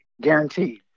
guaranteed